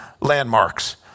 landmarks